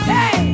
Hey